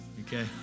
okay